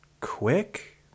quick